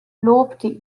lobte